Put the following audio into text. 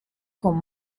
con